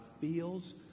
feels